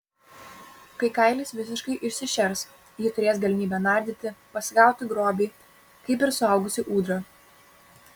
kai kailis visiškai išsišers ji turės galimybę nardyti pasigauti grobį kaip ir suaugusi ūdra